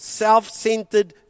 self-centered